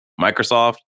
Microsoft